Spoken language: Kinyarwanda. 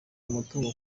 umutungo